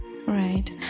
Right